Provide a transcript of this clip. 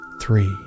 three